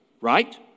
right